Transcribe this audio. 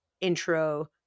intro